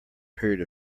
period